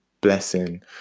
blessing